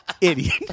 idiot